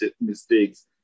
mistakes